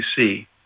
see